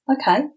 Okay